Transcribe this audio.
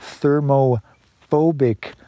thermophobic